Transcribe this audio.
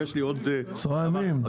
14 יום.